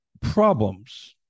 problems